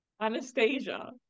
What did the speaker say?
Anastasia